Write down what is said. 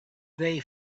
they